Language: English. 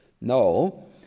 No